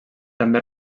també